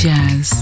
Jazz